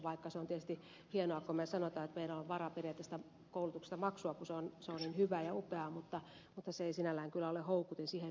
vaikka on tietysti hienoa kun me sanomme että meillä on varaa periä tästä koulutuksesta maksua kun se on niin hyvää ja upeaa niin se ei sinällään kyllä ole houkutin siihen